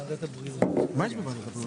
הפנינו לעמותה שאלה לגבי הלוואה בין עמותות,